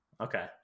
Okay